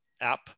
app